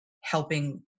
helping